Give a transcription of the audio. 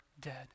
dead